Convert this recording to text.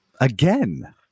Again